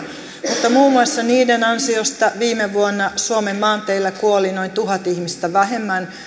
mutta muun muassa niiden ansiosta viime vuonna suomen maanteillä kuoli noin tuhat ihmistä vähemmän